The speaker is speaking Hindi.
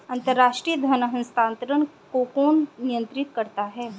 अंतर्राष्ट्रीय धन हस्तांतरण को कौन नियंत्रित करता है?